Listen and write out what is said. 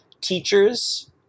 teachers